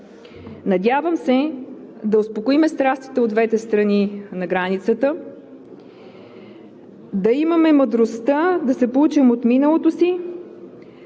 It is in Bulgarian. Надявам се да успокоим страстите от двете страни на границата, да имаме мъдростта да се поучим от миналото си,